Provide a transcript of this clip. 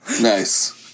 Nice